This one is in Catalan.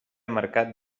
mercat